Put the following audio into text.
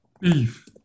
Beef